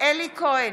אלי כהן,